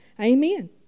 amen